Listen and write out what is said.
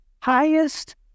highest